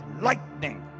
lightning